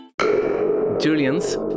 Julian's